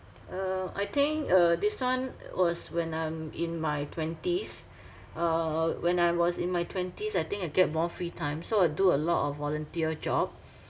uh I think uh this one was when I'm in my twenties uh when I was in my twenties I think I get more free time so I do a lot of volunteer job